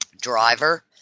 driver